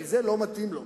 כי זה לא מתאים לו,